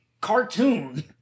cartoon